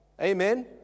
Amen